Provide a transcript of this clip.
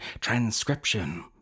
transcription